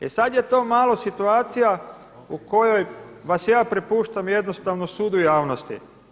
E sad je to malo situacija u kojoj vas ja prepuštam jednostavno sudu javnosti.